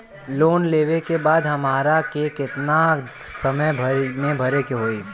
Loan लेवे के बाद हमरा के कितना समय मे भरे के होई?